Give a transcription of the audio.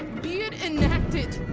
be it enacted.